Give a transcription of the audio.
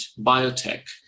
biotech